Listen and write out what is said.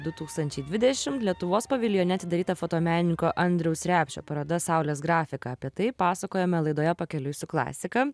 du tūkstančiai dvidešim lietuvos paviljone atidaryta fotomenininko andriaus repšio paroda saulės grafika apie tai pasakojome laidoje pakeliui su klasika